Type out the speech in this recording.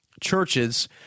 churches